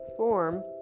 Form